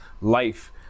life